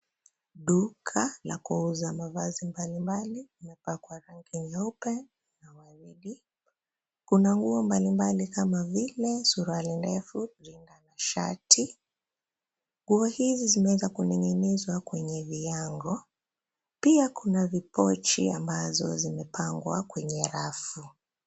Duka la kuuza mavazi mbalimbali limepakwa rangi nyeupe na waridi. Kuna nguo mbalimbali kama vile suruali ndefu, rinda na shati. Nguo hizi zimeweza kunin'ginizwa kwenye viango. Pia kuna vipochi ambazo zimepangwa kwenye rafu.